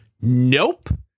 nope